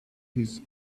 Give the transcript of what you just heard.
his